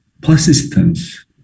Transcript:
persistence